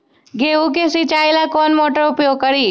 गेंहू के सिंचाई ला कौन मोटर उपयोग करी?